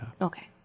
Okay